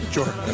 Sure